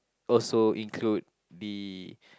also include the